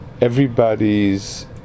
everybody's